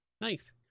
Nice